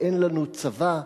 ואין לנו צבא,